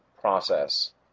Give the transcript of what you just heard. process